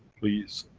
please,